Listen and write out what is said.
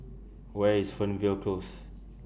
Where IS Fernvale Close